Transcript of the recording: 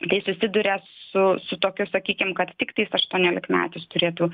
tai susiduria su su tokiu sakykim kad tiktais aštuoniolikmetis turėtų